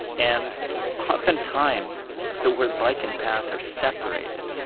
and often times the word bike and path are separated,